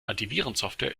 antivirensoftware